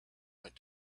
went